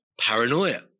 paranoia